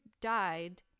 died